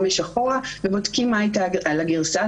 או חמש אחורה ובודקים מה הייתה הגרסה.